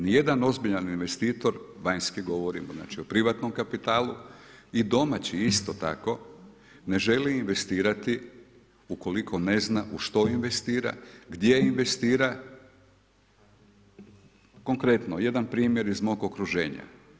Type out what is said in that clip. Ni jedan ozbiljan investitor, vanjski govorim, znači o privatnom kapitalu i domaći isto tako, ne želi investirati ukoliko ne zna u što investira, gdje investira konkretno, jedan primjer iz mog okruženja.